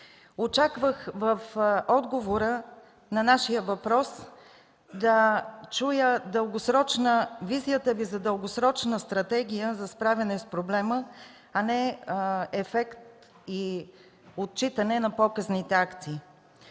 Очаквах в отговора на нашия въпрос да чуя визията Ви за дългосрочна стратегия за справяне с проблема, а не ефект и отчитане на показните акции.